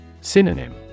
Synonym